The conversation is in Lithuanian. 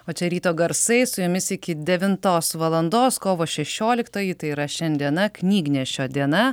o čia ryto garsai su jumis iki devintos valandos kovo šešioliktoji tai yra šiandiena knygnešio diena